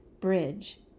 bridge